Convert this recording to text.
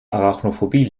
arachnophobie